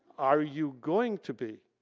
are you going to be?